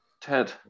Ted